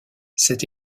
cette